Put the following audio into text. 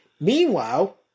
Meanwhile